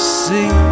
see